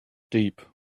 deep